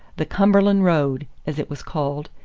the cumberland road, as it was called,